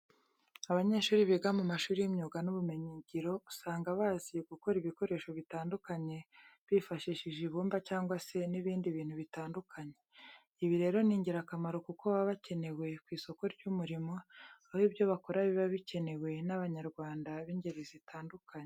Abanyeshuri biga mu mashuri y'imyuga n'ubumenyingiro usanga bazi gukora ibikoresho bitandukanye bifashishije ibumba cyangwa se n'ibindi bintu bitandukanye. Ibi rero ni ingirakamaro kuko baba bakenewe ku isoko ry'umurimo, aho ibyo bakora biba bikenewe n'Abanyarwanda b'ingeri zitandukanye.